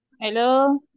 Hello